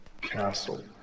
Castle